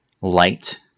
light